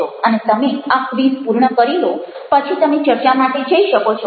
અને તમે આ ક્વિઝ પૂર્ણ કરી લો પછી તમે ચર્ચા માટે જઈ શકો છો